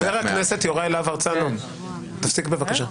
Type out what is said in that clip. חבר הכנסת יוראי להב הרצנו, תפסיק בבקשה.